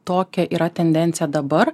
tokia yra tendencija dabar